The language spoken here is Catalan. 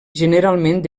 generalment